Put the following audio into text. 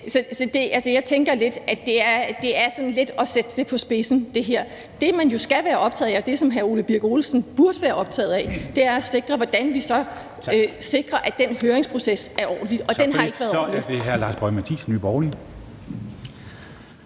jeg tænker, at det her sådan lidt er at sætte det på spidsen. Det, man jo skal være optaget af – og det, som hr. Ole Birk Olesen burde være optaget af – er, hvordan vi så sikrer, at den høringsproces er ordentlig. Og den har ikke været ordentlig.